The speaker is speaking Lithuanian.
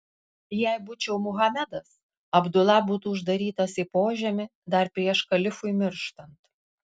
jei būčiau muhamedas abdula būtų uždarytas į požemį dar prieš kalifui mirštant